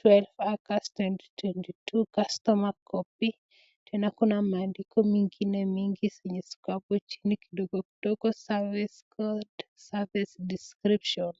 ,12th August 2022,customer copy ,tena kuna maandiko mengine mengi zenye ziko hapo chini kidogo kidogo [cs ]service code, service description .